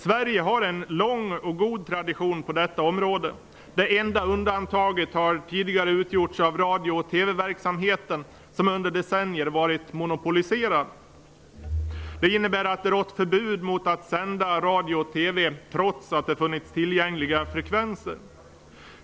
Sverige har en lång och god tradition på detta område. Det enda undantaget har tidigare utgjorts av radio och TV-verksamheten, som under decennier varit monopoliserad. Det innebär att det rått förbud mot att sända radio och TV trots att det funnits tillgängliga frekvenser.